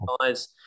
guys